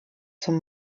zum